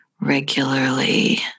regularly